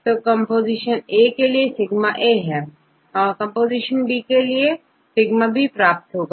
तो comp से σ आप comp से σ प्राप्त होगा